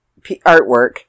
artwork